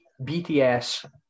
BTS